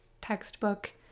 textbook